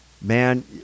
Man